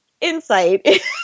insight